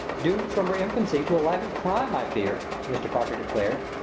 doomed from her infancy to a life of crime, i fear, mr. parker declared,